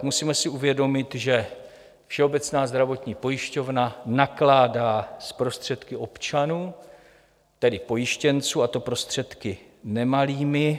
Musíme si uvědomit, že Všeobecná zdravotní pojišťovna nakládá s prostředky občanů, tedy pojištěnců, a to prostředky nemalými.